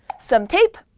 some tape,